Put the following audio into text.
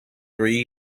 three